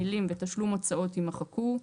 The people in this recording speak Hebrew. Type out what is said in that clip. המילים "ותשלום הוצאות" - יימחקו.